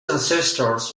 ancestors